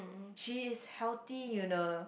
she is healthy you know